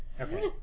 Okay